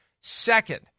Second